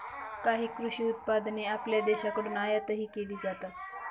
काही कृषी उत्पादने आपल्या देशाकडून आयातही केली जातात